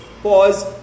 pause